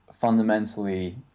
fundamentally